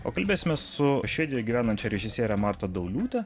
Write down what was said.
o kalbėsime su švedijoje gyvenančia režisiere marta dauliūte